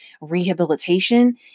rehabilitation